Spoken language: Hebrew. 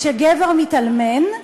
כשגבר מתאלמן,